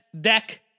deck